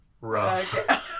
Rough